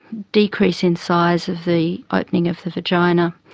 decrease in size of the opening of the vagina,